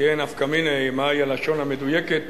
כי אין נפקא מינה מהי הלשון המדויקת,